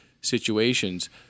situations